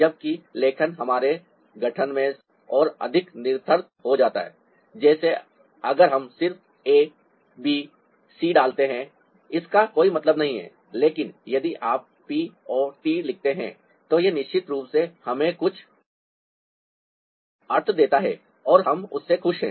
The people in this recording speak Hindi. जबकि लेखन हमारे गठन में और अधिक निरर्थक हो जाता है जैसे अगर हम सिर्फ ए बी सी डालते हैं इसका कोई मतलब नहीं है लेकिन यदि आप पी ओ टी लिखते हैं तो यह निश्चित रूप से हमें कुछ अर्थ देता है और हम उससे खुश हैं